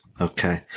Okay